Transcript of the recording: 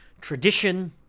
tradition